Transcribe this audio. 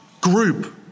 group